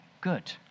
good